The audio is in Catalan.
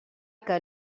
que